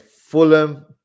Fulham